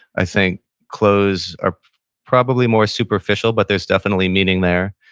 i think clothes are probably more superficial but there's definitely meaning there,